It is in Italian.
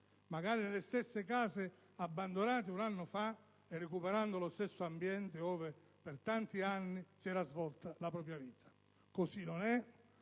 magari nelle stesse case abbandonate un anno fa e recuperando lo stesso ambiente ove per tanti anni si era svolta la propria vita. Così non è,